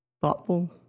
Thoughtful